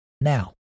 now